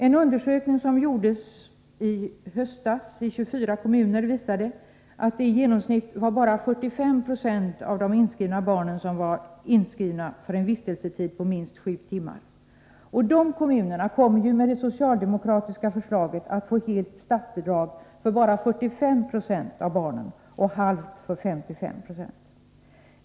En undersökning som i höstas gjordes i 24 kommuner visade att det i genomsnitt var bara 45 96 av barnen som var inskrivna för en vistelsetid på minst sju timmar. De kommunerna kommer, med det socialdemokratiska förslaget, att få helt statsbidrag för bara 45 96 av barnen och halvt bidrag för 55 90.